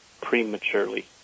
prematurely